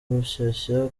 rushyashya